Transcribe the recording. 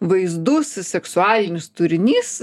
vaizdus seksualinis turinys